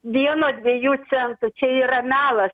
vieno dviejų centų čia yra melas